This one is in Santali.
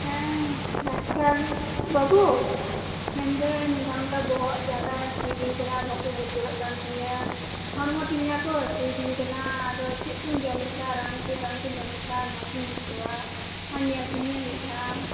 ᱦᱮᱸ ᱰᱟᱠᱛᱟᱨ ᱵᱟᱵᱩ ᱢᱮᱱᱮᱰᱟᱤᱧ ᱱᱚᱝᱠᱟ ᱚᱱᱠᱟ ᱵᱚᱦᱚᱜ ᱡᱟᱛᱟ ᱦᱟᱥᱩ ᱤᱫᱤᱧ ᱠᱟᱱᱟ ᱵᱚᱦᱚᱜ ᱠᱚ ᱜᱩᱨᱜᱩᱨᱟᱜ ᱠᱟᱱ ᱛᱤᱧᱟ ᱦᱚᱲ ᱛᱤ ᱡᱟᱸᱜᱟ ᱠᱚ ᱦᱟᱹᱥᱩ ᱤᱫᱤᱧ ᱠᱟᱱᱟ ᱟᱫᱚ ᱪᱮᱫ ᱠᱚᱧ ᱡᱚᱢ ᱞᱮᱠᱷᱟᱱ ᱨᱟᱱ ᱪᱮᱫ ᱨᱟᱱᱠᱚᱧ ᱡᱚᱢ ᱞᱮᱠᱷᱟᱱ ᱢᱚᱸᱡᱽ ᱤᱧ ᱵᱩᱡᱷᱟᱹᱣᱟ ᱢᱟ ᱧᱮᱞ ᱠᱟᱹᱧᱢᱮ ᱢᱤᱫᱷᱟᱢ